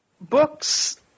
books